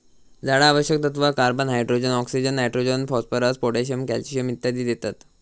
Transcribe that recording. झाडा आवश्यक तत्त्व, carbon, hydrogen, oxygen, nitrogen, phosphorus, potassium, calcium इत्यादी देतत